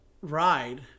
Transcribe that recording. ride